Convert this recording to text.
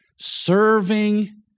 serving